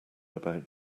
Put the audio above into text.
about